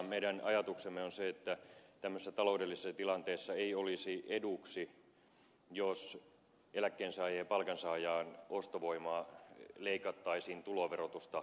meidän ajatuksemme on se että tämmöisessä taloudellisessa tilanteessa ei olisi eduksi jos eläkkeensaajien ja palkansaajien ostovoimaa leikattaisiin tuloverotusta kiristämällä